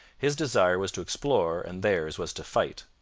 his desire was to explore and theirs was to fight.